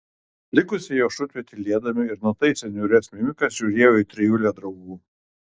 likusi jo šutvė tylėdami ir nutaisę niūrias mimikas žiūrėjo į trijulę draugų